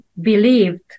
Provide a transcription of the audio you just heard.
believed